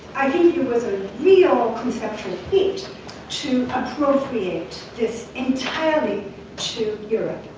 i think it was a real conceptual feat to appropriate this entirely to europe.